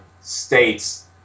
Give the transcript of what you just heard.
states